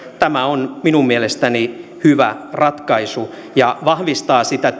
tämä on minun mielestäni hyvä ratkaisu ja vahvistaa sitä